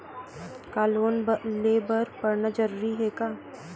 का लोन ले बर पढ़ना जरूरी हे का?